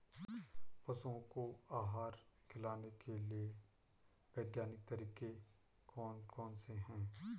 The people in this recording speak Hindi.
पशुओं को आहार खिलाने के लिए वैज्ञानिक तरीके कौन कौन से हैं?